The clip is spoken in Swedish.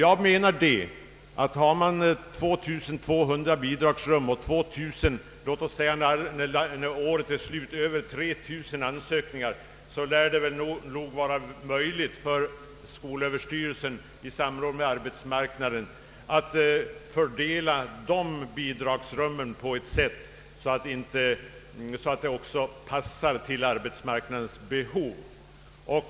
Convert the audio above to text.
Om det finns 2200 bidragsrum och vid årets slut föreligger, låt oss säga, 3 000 ansökningar, lär det nog vara möjligt för skolöverstyrelsen att i samråd med arbetsmarknadsstyrelsen fördela bidragsrummen på ett sätt som innebär en anpassning till arbetsmarknadens behov.